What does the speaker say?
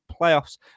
playoffs